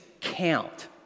count